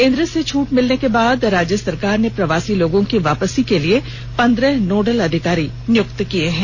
केन्द्र से छूट मिलने के बाद राज्य सरकार ने प्रवासी लोगों की वापसी के लिए पंद्रह नोडल अधिकारी नियुक्त किये हैं